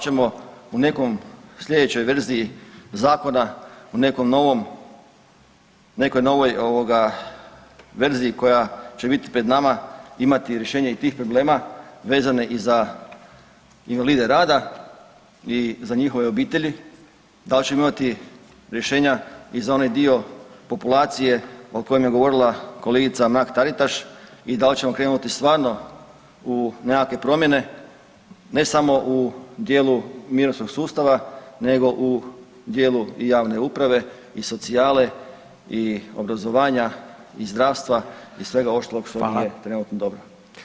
ćemo u nekom sljedećoj verziji zakona u nekoj novoj verziji koja će bit pred nama imati rješenja i tih problema vezane i za invalide rada i za njihove obitelji, dal ćemo imati rješenja i za onaj dio populacije o kojem je govorila kolegica Mrak Taritaš i dal ćemo krenuti stvarno u nekakve promjene, ne samo u dijelu mirovinskog sustava nego u dijelu i javne uprave i socijale i obrazovanja i zdravstva i svega ostalog što nije trenutno dobro.